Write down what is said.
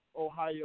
Ohio